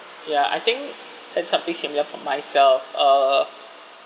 ya I think had something similar for myself uh